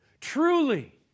Truly